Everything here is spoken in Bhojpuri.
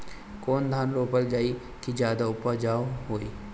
कौन धान रोपल जाई कि ज्यादा उपजाव होई?